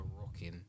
rocking